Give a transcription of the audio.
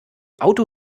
auto